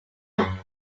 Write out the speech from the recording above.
gone